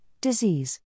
disease